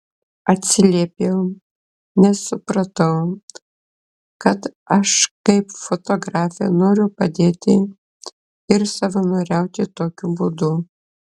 atsiliepiau nes supratau kad aš kaip fotografė noriu padėti ir savanoriauti tokiu būdu